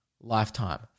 lifetime